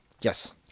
yes